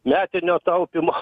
metinio taupymo